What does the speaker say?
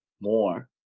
more